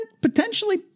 potentially